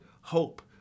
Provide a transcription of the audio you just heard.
hope